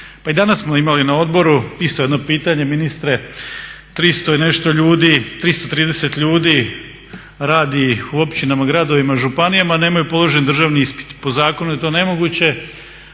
Pa i danas smo imali na odboru isto jedno pitanje ministre, 330 ljudi radi u općinama, gradovima, županijama, nemaju položen državni ispit. Po zakonu je to nemoguće,